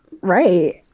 right